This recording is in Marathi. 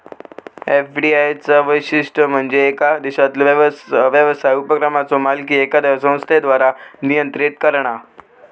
एफ.डी.आय चा वैशिष्ट्य म्हणजे येका देशातलो व्यवसाय उपक्रमाचो मालकी एखाद्या संस्थेद्वारा नियंत्रित करणा